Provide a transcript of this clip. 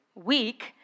week